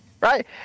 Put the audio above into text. Right